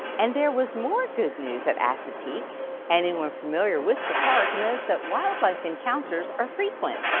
and there was more good news at assateague anyone familiar with the park knows that wildlife encounters are frequent.